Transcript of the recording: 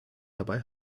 dabei